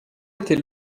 était